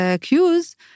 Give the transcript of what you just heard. cues